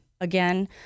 Again